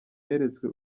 yeretswe